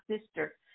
sister